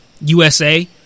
usa